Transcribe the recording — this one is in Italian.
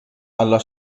alla